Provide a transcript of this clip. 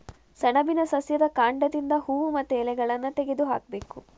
ಸೆಣಬಿನ ಸಸ್ಯದ ಕಾಂಡದಿಂದ ಹೂವು ಮತ್ತೆ ಎಲೆಗಳನ್ನ ತೆಗೆದು ಹಾಕ್ಬೇಕು